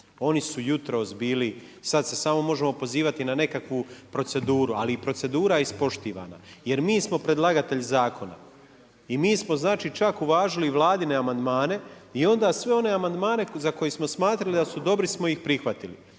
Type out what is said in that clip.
Oni su jutros bili, sada se samo možemo pozivati na nekakvu proceduru ali i procedura je ispoštivana. Jer mi smo predlagatelji zakona i mi smo čak uvažili i Vladine amandmane i onda sve one amandmane za koje smo smatrali da su dobri smo ih prihvatili.